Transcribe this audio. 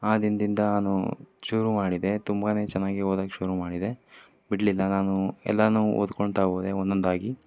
ಆ ದಿನ್ದಿಂದಾ ಶುರು ಮಾಡಿದೆ ತುಂಬಾ ಚೆನ್ನಾಗಿ ಓದೋಕೆ ಶುರು ಮಾಡಿದೆ ಬಿಡಲಿಲ್ಲ ನಾನು ಎಲ್ಲಾ ಓದ್ಕೊತಾ ಹೋದೆ ಒಂದೊಂದಾಗಿ